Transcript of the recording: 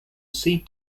see